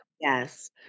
Yes